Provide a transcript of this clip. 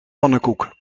pannenkoek